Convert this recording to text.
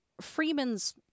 Freeman's